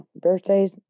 Birthdays